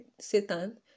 Satan